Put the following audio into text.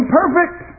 perfect